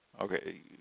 Okay